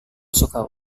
suka